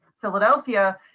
philadelphia